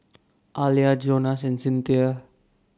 Alia Jonas and Cinthia